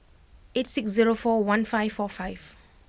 eight six zero four one five four five